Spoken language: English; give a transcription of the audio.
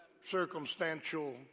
circumstantial